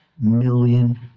million